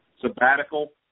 sabbatical